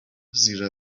زیر